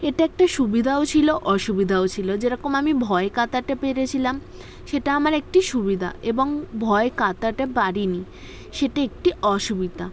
এটা একটা সুবিধাও ছিল অসুবিধাও ছিল যেরকম আমি ভয় কাটাতে পেরেছিলাম সেটা আমার একটি সুবিধা এবং ভয় কাটাতে পারি নি সেটি একটি অসুবিধা